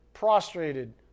Prostrated